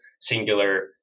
singular